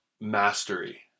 mastery